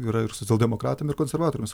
yra ir socialdemokratam ir konservatoriams